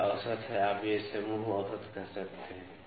यह औसत है आप इसे समूह औसत कह सकते हैं